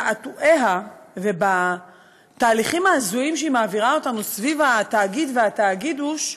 בתעתועיה ובתהליכים ההזויים שהיא מעבירה אותנו סביב התאגיד והתאגידוש,